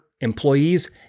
employees